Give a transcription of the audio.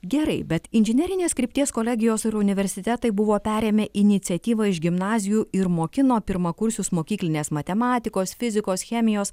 gerai bet inžinerinės krypties kolegijos ir universitetai buvo perėmę iniciatyvą iš gimnazijų ir mokino pirmakursius mokyklinės matematikos fizikos chemijos